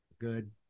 Good